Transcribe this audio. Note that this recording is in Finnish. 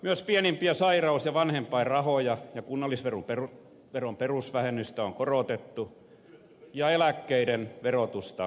myös pienimpiä sairaus ja vanhempainrahoja ja kunnallisveron perusvähennystä on korotettu ja eläkkeiden verotusta on kevennetty